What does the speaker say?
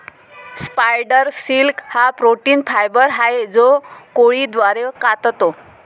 spider silk हा protein fibre आहे जो कोळी द्वारे काततो